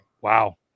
Wow